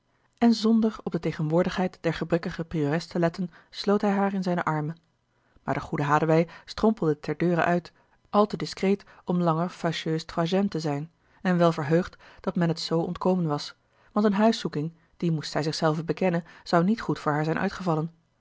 en zonder op de tegenwoordigheid der gebrekkige priores te letten sloot hij haar in zijne armen maar de goede hadewij strompelde ter deure uit al te discreet om langer fâcheuse troisième te zijn en wel verheugd dat men het zoo ontkomen was want eene huiszoeking dit moest zij zich zelve bekennen zou niet goed voor haar zijn uitgevallen